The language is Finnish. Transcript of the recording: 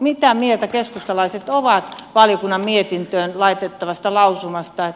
mitä mieltä keskustalaiset ovat valiokunnan mietintöön laitettavasta lausumasta